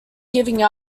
giving